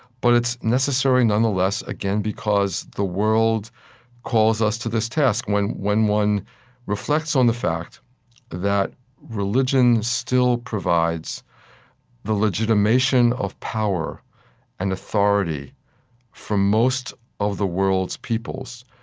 but it's necessary, nonetheless, again, because the world calls us to this task. when when one reflects on the fact that religion still provides the legitimation of power and authority for most of the world's peoples,